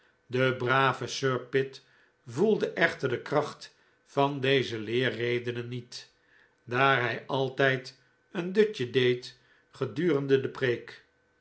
de brave sir pitt voelde echter de kracht van deze leerredenen niet daar hij altijd een dutje deed gedurende de preek